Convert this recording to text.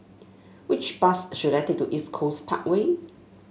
which bus should I take to East Coast Parkway